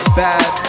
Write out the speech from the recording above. bad